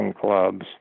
clubs